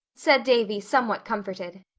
said davy, somewhat comforted.